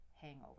hangover